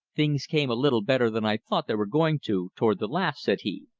things came a little better than i thought they were going to, toward the last, said he,